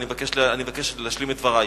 אני מבקש להשלים את דברי.